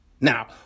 Now